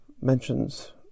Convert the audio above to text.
mentions